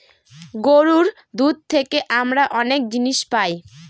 গরুর দুধ থেকে আমরা অনেক জিনিস পায়